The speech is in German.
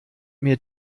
mir